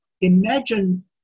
imagine